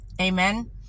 amen